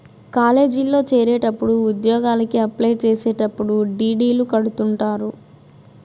కాలేజీల్లో చేరేటప్పుడు ఉద్యోగలకి అప్లై చేసేటప్పుడు డీ.డీ.లు కడుతుంటారు